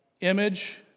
image